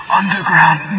underground